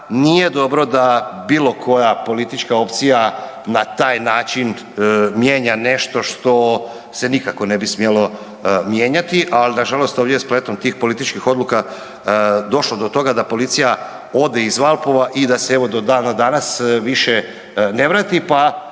nije dobro da bilo koja politička opcija na taj način mijenja nešto što se nikako ne bi smjelo mijenjati. Ali na žalost ovdje spletom tim političkih odluka je došlo do toga da policija ode iz Valpova i da se evo do dana danas više ne vrati, pa